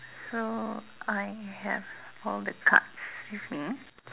so I have all the cards with me